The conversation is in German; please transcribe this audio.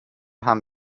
haben